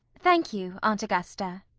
thank you, aunt augusta.